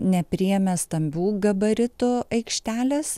nepriėmė stambių gabaritų aikštelės